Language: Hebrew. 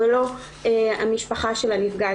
ולא המשפחה של הנפגע.